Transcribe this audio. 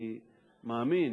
אני מאמין,